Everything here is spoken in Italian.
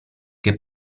che